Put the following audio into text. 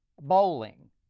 bowling